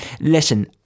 Listen